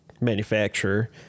manufacturer